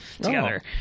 together